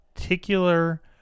particular